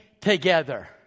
together